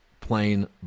plain